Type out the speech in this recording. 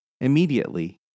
Immediately